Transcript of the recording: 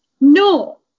no